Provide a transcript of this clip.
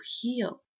heal